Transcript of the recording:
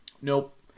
nope